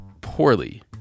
poorly